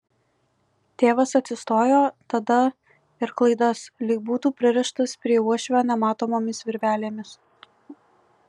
tėvas atsistojo tada ir klaidas lyg būtų pririštas prie uošvio nematomomis virvelėmis